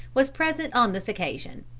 was present on this occasion.